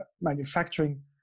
manufacturing